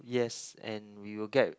yes and we will get